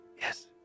yes